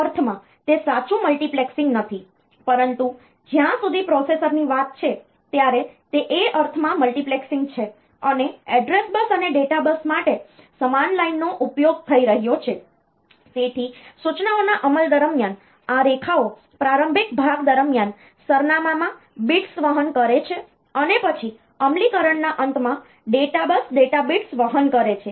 તેથી તે અર્થમાં તે સાચું મલ્ટિપ્લેક્સિંગ નથી પરંતુ જ્યાં સુધી પ્રોસેસરની વાત છે ત્યારે તે એ અર્થમાં મલ્ટિપ્લેક્સીંગ છે અને એડ્રેસ બસ અને ડેટા બસ માટે સમાન લાઈનોનો ઉપયોગ થઈ રહ્યો છે તેથી સૂચનાઓના અમલ દરમિયાન આ રેખાઓ પ્રારંભિક ભાગ દરમિયાન સરનામાં માં bits વહન કરે છે અને પછી અમલીકરણના અંતમાં ડેટા બસ ડેટા bits વહન કરે છે